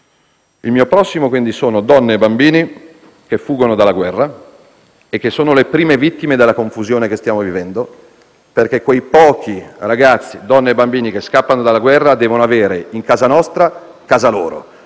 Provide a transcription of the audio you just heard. Il mio prossimo, quindi, sono donne e bambini che fuggono della guerra e che sono le prime vittime della confusione che stiamo vivendo. Quei pochi ragazzi, donne e bambini che scappano dalla guerra devono avere in casa nostra casa loro